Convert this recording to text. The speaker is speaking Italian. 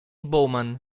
bowman